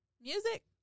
Music